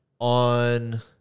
On